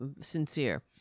sincere